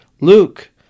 Luke